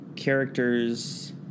characters